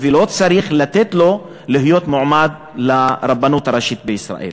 ולא צריך לתת לו להיות מועמד לרבנות הראשית בישראל.